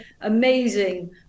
amazing